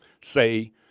say